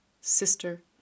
sister